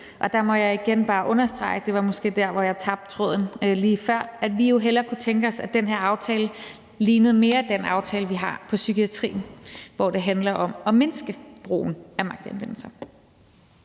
dér, jeg tabte tråden lige før, at vi jo hellere kunne tænke os, at den her aftale mere lignede den aftale, vi har om psykiatrien, hvor det handler om at mindske brugen af magtanvendelse.